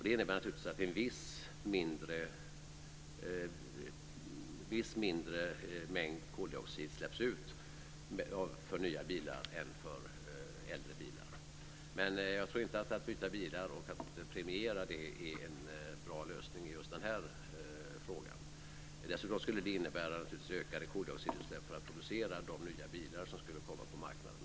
Det innebär naturligtvis att en mindre mängd koldioxid släpps ut av nya bilar om man jämför med äldre bilar. Men jag tror inte att det är en bra lösning på just den här frågan att byta bilar och att premiera det. Dessutom skulle det naturligtvis innebära ökade koldioxidutsläpp för att producera de nya bilar som skulle komma på marknaden.